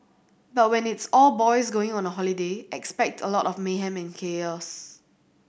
but when it's all boys going on holiday expect a lot of mayhem and chaos